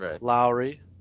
Lowry